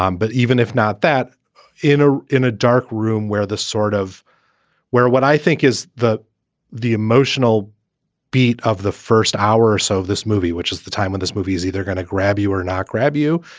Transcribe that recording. um but even if not that in a in a dark room where the sort of where what i think is the the emotional beat of the first hour or so of this movie, which is the time when this movie is either going to grab you or not grab you,